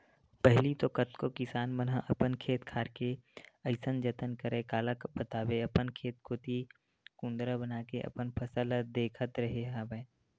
पहिली तो कतको किसान मन ह अपन खेत खार के अइसन जतन करय काला बताबे अपन खेत कोती कुदंरा बनाके अपन फसल ल देखत रेहे राहय